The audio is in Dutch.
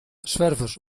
zwervers